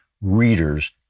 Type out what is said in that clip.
Reader's